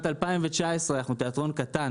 אנחנו תיאטרון קטן.